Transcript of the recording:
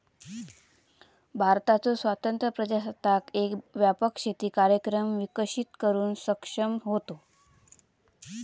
भारताचो स्वतंत्र प्रजासत्ताक एक व्यापक शेती कार्यक्रम विकसित करुक सक्षम होतो